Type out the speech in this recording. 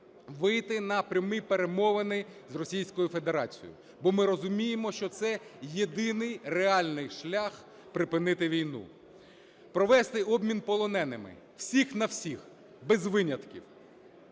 Вийти на прямі перемовини з Російською Федерацією, бо ми розуміємо, що це єдиний реальний шлях припинити війну, провести обмін полоненими всіх на всіх, без винятків.